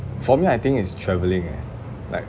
for me I think is travelling eh like